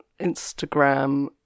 Instagram